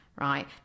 Right